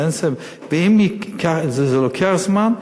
ואם זה לוקח זמן,